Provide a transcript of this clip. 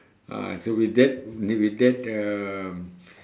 ah so with that with that um